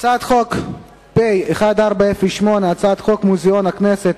הצעת חוק פ/1408, הצעת חוק מוזיאון הכנסת,